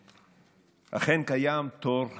אכן קיים תור המתנה,